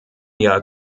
jahr